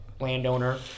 landowner